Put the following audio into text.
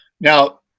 Now